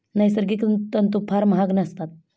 नैसर्गिक तंतू फार महाग नसतात